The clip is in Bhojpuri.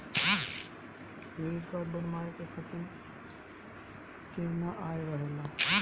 क्रेडिट कार्ड बनवाए के खातिर केतना आय रहेला?